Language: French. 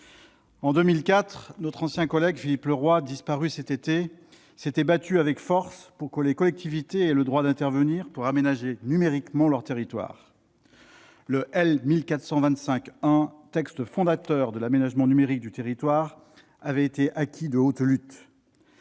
En 2004, notre ancien collègue, Philippe Leroy, disparu cet été, s'était battu avec force pour que les collectivités aient le droit d'intervenir pour aménager numériquement leur territoire. L'article L. 1425-1 du code général des collectivités territoriales, texte fondateur de l'aménagement numérique du territoire, avait été acquis de haute lutte.